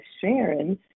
Sharon